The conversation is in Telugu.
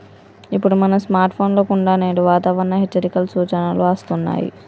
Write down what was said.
ఇప్పుడు మన స్కార్ట్ ఫోన్ల కుండా నేడు వాతావరణ హెచ్చరికలు, సూచనలు అస్తున్నాయి